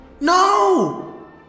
No